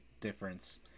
difference